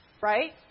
Right